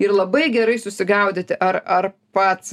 ir labai gerai susigaudyti ar ar pats